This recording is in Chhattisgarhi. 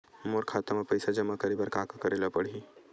मोर खाता म पईसा जमा करे बर का का करे ल पड़हि?